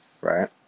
right